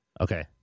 Okay